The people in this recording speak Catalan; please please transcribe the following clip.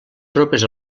tropes